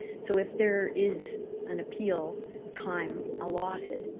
so if there is an appeal time allotted.